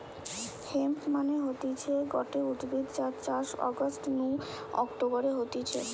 hemp মানে হতিছে গটে উদ্ভিদ যার চাষ অগাস্ট নু অক্টোবরে হতিছে